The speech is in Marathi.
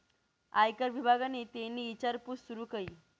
आयकर विभागनि तेनी ईचारपूस सूरू कई